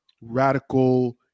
radical